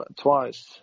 twice